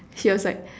she was like